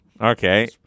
Okay